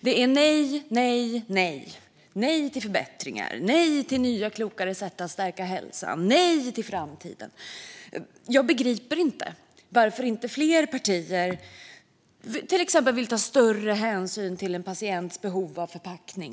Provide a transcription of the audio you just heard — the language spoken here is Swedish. Det är nej, nej och nej: Nej till förbättringar, nej till nya klokare sätt att stärka hälsan och nej till framtiden. Jag begriper inte varför inte fler partier vill ta större hänsyn till en patients behov av förpackning.